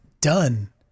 done